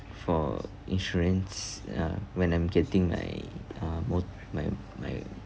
for insurance uh when I'm getting my uh mot~ my my